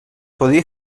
podia